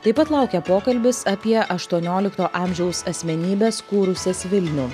taip pat laukia pokalbis apie aštuoniolikto amžiaus asmenybes kūrusias vilnių